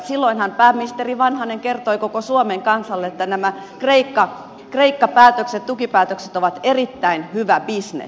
silloinhan pääministeri vanhanen kertoi koko suomen kansalle että nämä kreikka tukipäätökset ovat erittäin hyvä bisnes